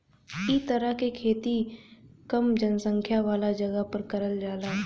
इ तरह के खेती कम जनसंख्या वाला जगह पर करल जाला